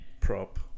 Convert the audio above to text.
prop